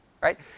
right